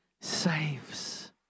saves